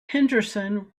henderson